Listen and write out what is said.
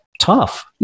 tough